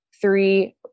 three